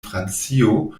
francio